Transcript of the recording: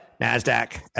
NASDAQ